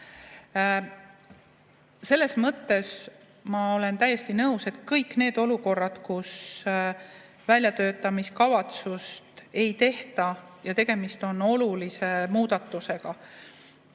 Selles mõttes olen ma täiesti nõus, et kõigi nende olukordade puhul, kus väljatöötamiskavatsust ei tehtud, aga tegemist on olulise muudatusega,